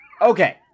Okay